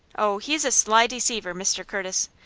oh, he's a sly deceiver, mr. curtis.